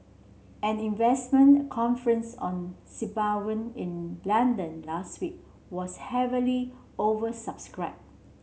an investment conference on in London last week was heavily oversubscribed